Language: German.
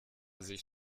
sich